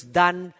done